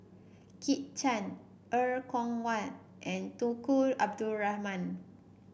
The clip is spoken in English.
Kit Chan Er Kwong Wah and Tunku Abdul Rahman